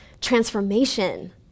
transformation